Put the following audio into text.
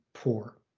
poor